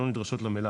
שלא נדרשות למלאי.